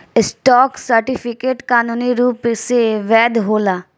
stock certificate कानूनी रूप से वैध होला